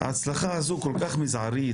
ההצלחה הזו כל כך מזערית,